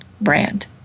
brand